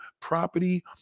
property